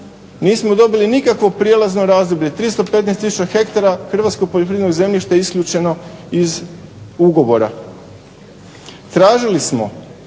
Nismo dobili nikakvo prijelazno razdoblje. 315 tisuća hektara hrvatsko poljoprivredno zemljište isključeno iz ugovora. Tražili smo